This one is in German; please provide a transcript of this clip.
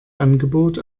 angebot